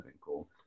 cool